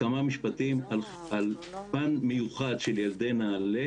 כמה משפטים על פן מיוחד של ילדי נעל"ה